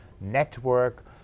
network